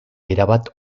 erabat